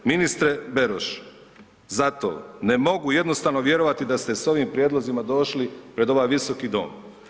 Ministre Beroš, zato ne mogu jednostavno vjerovati da ste s ovim prijedlozima došli pred ovaj visoki dom.